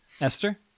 Esther